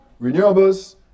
renewables